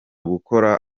gukora